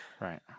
Right